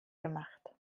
gemacht